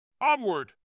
Onward